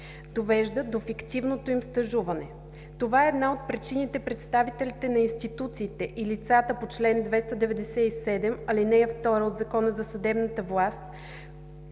довежда до фиктивното им стажуване. Това е една от причините представителите на институциите и лицата по чл. 297, ал. 2 от Закона за съдебната власт,